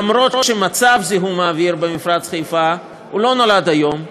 אף שמצב זיהום האוויר במפרץ חיפה לא נולד היום,